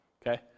Okay